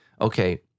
Okay